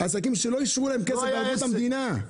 אנשים שלא אישרו להם כסף בערבות המדינה.